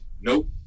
nope